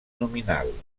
nominal